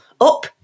up